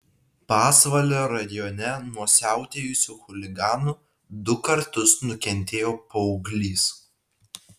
pasvalio rajone nuo siautėjusių chuliganų du kartus nukentėjo paauglys